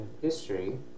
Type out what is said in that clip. history